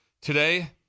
Today